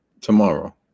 Tomorrow